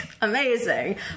Amazing